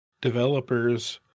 developers